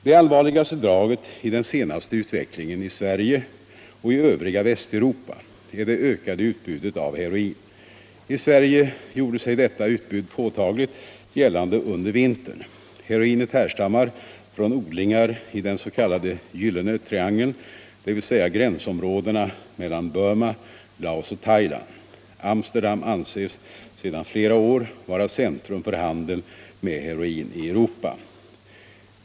Det allvarligaste draget i den senaste utvecklingen i Sverige och i övriga Västeuropa är det ökade utbudet av heroin. I Sverige gjorde sig detta utbud påtagligt gällande under vintern. Heroinet härstammar från odlingar i den s.k. gyllene triangeln, dvs. gränsområdena mellan Burma, Laos och Thailand. Amsterdam anses sedan flera år vara centrum för handeln med heroin i Europa.